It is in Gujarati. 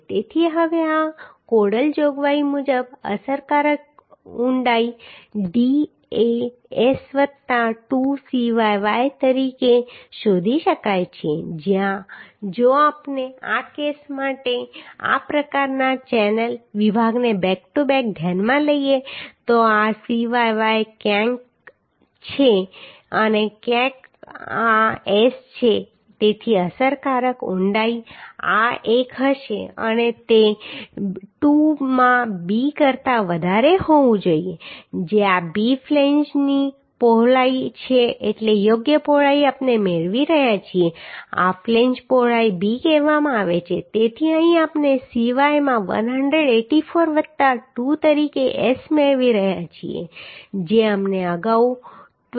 તેથી હવે આ કોડલ જોગવાઈ મુજબ અસરકારક ઊંડાઈ d એ S વત્તા 2 Cyy તરીકે શોધી શકાય છે જ્યાં જો આપણે આ કેસ માટે આ પ્રકારના ચેનલ વિભાગને બેક ટુ બેક ધ્યાનમાં લઈએ તો આ Cyy ક્યાંક Cyy છે અને આ S છે તેથી અસરકારક ઊંડાઈ આ એક હશે અને તે 2 માં b કરતા વધારે હોવું જોઈએ જ્યાં b ફ્લેંજની પહોળાઈ છે એટલે યોગ્ય પહોળાઈ આપણે મેળવી રહ્યા છીએ આ ફ્લેંજ પહોળાઈને b કહેવામાં આવે છે તેથી અહીં આપણે CY માં 184 વત્તા 2 તરીકે S મેળવી રહ્યા છીએ જે અમને અગાઉ 23